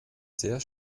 sehr